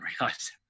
realize